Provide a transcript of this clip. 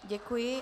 Děkuji.